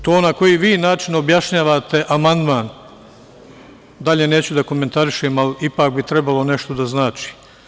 To na koji vi način objašnjavate amandman, dalje neću da komentarišem, ali ipak bi trebalo nešto da znači.